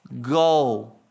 go